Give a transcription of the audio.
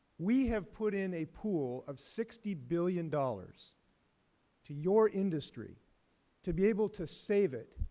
we have put in a pool of sixty billion dollars to your industry to be able to save it,